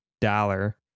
dollar